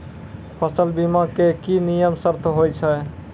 फसल बीमा के की नियम सर्त होय छै?